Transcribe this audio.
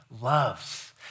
loves